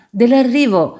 dell'arrivo